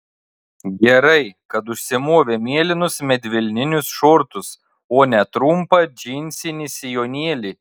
gerai kad užsimovė mėlynus medvilninius šortus o ne trumpą džinsinį sijonėlį